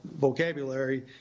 vocabulary